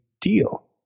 deal